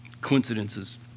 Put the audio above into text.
Coincidences